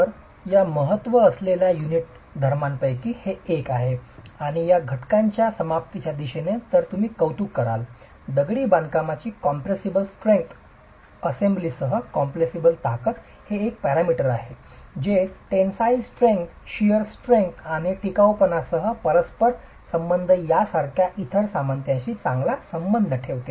तर त्या महत्त्व असलेल्या युनिट गुणधर्मांपैकी हे एक आहे आणि या घटकाच्या समाप्तीच्या दिशेने तुम्ही कौतुक कराल दगडी बांधकामाची कॉम्पॅरेसीबल सामर्थ्य असेंब्लीची कॉम्पॅरेसीव्ह ताकद हे असे पॅरामीटर आहे जे टेनसाईल स्ट्रेंग्थ शेअर स्ट्रेंग्थ आणि टिकाऊपणासह परस्परसंबंध यासारख्या इतर सामर्थ्यांशी चांगला संबंध ठेवते